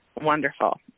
Wonderful